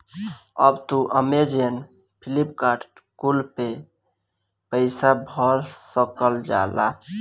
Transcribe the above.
अब तू Amazon, Flipkart कुल पे पईसा भर सकल जाला